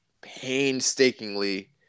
painstakingly